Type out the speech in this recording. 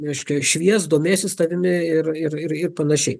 reiškia švies domėsis tavimi ir ir ir panašiai